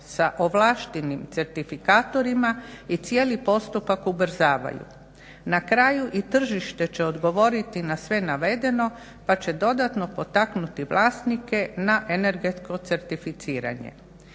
sa ovlaštenim certifikatorima i cijeli postupak ubrzavaju. Na kraju i tržište će odgovoriti na sve navedeno pa će dodatno potaknuti vlasnike na energetsko certificiranje.